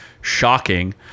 Shocking